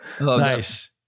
Nice